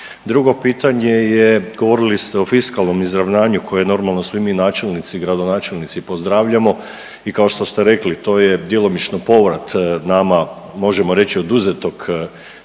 Drugo pitanje je, govorili ste o fiskalnom izravnanju koje normalno svi mi načelnici i gradonačelnici pozdravljamo i kao što ste rekli to je djelomično povrat nama možemo reći oduzetog